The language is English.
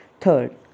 Third